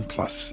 Plus